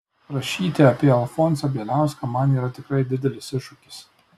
rašyti apie alfonsą bieliauską man yra tikrai didelis iššūkis